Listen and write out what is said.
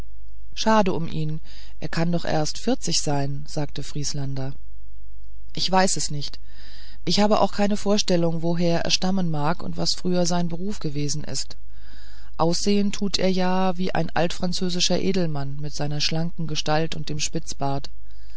schade um ihn er kann doch erst vierzig sein sagte vrieslander ich weiß es nicht ich habe auch keine vorstellung woher er stammen mag und was früher sein beruf gewesen ist aussehen tut er ja wie ein altfranzösischer edelmann mit seiner schlanken gestalt und dem spitzbart